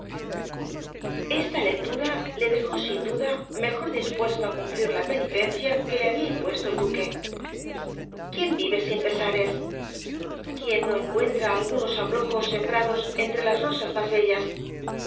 esta lectura le dejó sin duda mejor dispuesto á cumplir la penitencia que le había impuesto el duque quién vive sin pesares quién no encuentra algunos abrojos sembrados entre las rosas más bellas